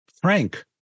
frank